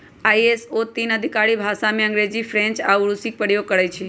ISO तीन आधिकारिक भाषामें अंग्रेजी, फ्रेंच आऽ रूसी के प्रयोग करइ छै